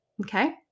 Okay